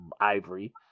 ivory